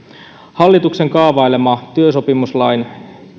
hallituksen kaavailema työsopimuslain